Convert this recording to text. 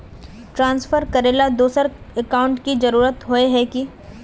Transfer करेला दोसर account की जरुरत होय है की?